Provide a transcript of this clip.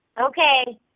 Okay